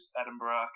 Edinburgh